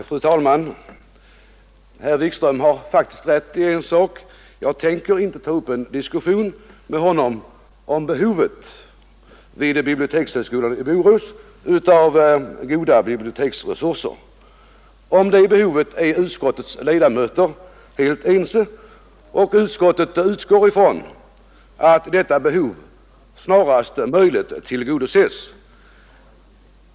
Fru talman! Herr Wikström har faktiskt rätt i ett avseende. Jag tänker inte ta upp en diskussion med honom om behovet av goda biblioteksresurser vid bibliotekshögskolan i Borås. Om det behovet är utskottets ledamöter helt ense, och utskottet utgår ifrån att detta behov snarast möjligt tillgodoses.